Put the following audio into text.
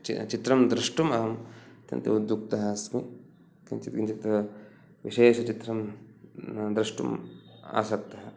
चित्रं द्रष्टुम् अहम् अत्यन्तम् उद्युक्तः अस्मि किञ्चित् किञ्चित् विशेषचित्रं द्रष्टुम् आसक्तः